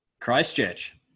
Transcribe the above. Christchurch